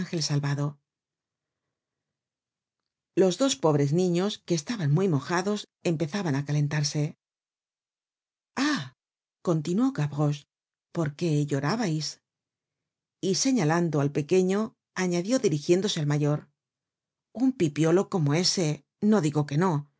ángel salvado los dos pobres niños que estaban muy mojados empezaban á calentarse ah continuó gavroche por qué llorabais y señalando al pequeño añadió dirigiéndose al mayor un pipiolo como ese no digo que no